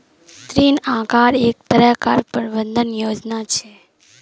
ऋण आहार एक तरह कार प्रबंधन योजना छे